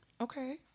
Okay